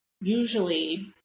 usually